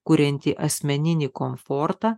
kuriantį asmeninį komfortą